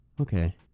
Okay